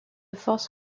force